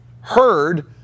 heard